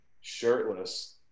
shirtless